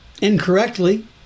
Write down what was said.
Incorrectly